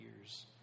years